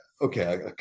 okay